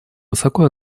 высоко